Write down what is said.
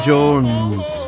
Jones